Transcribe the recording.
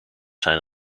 zijn